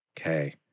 Okay